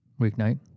weeknight